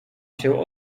się